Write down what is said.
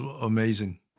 amazing